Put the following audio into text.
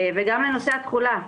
לגבי התחולה,